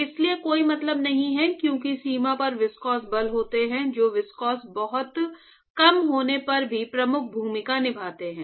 इसका कोई मतलब नहीं है क्योंकि सीमा पर विस्कोस बल होते हैं जो विस्कोस बहुत कम होने पर भी प्रमुख भूमिका निभाते हैं